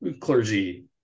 clergy